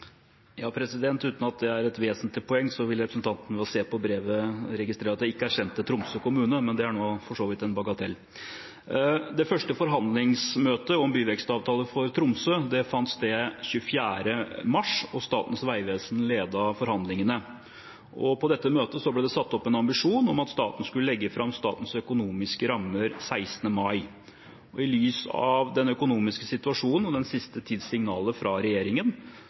Det første forhandlingsmøtet om en byvekstavtale for Tromsø fant sted 24. mars, og Statens vegvesen ledet forhandlingene. På dette møtet ble det satt opp en ambisjon om at staten skulle legge fram statens økonomiske rammer den 16. mai. I lys av den økonomiske situasjonen og den siste tidens signaler fra regjeringen